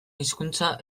hizkuntza